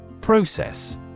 Process